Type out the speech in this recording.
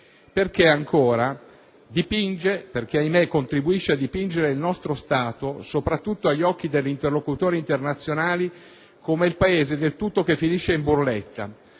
ancora, perché (ahimè) contribuisce a dipingere il nostro Stato, soprattutto agli occhi degli interlocutori internazionali, come il Paese del "tutto che finisce in burletta",